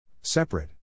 Separate